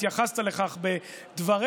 התייחסת לכך בדבריך,